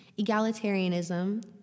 egalitarianism